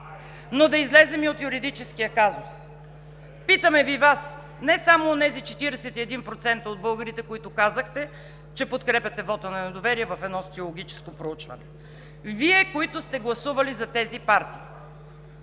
Но да излезем и от юридическия казус. Питаме Ви Вас – не само онези 41% от българите, които казахте, че подкрепяте вота на недоверие в едно социологическо проучване, при Вас, които сте гласували за тези партии,